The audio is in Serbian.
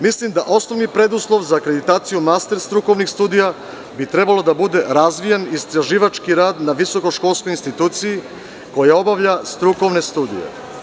Mislim da bi osnovni preduslov za akreditaciju master strukovnih studija trebalo da bude razvijen istraživački rad na visokoškolskoj instituciji koja obavlja strukovne studije.